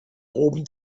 oben